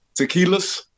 tequilas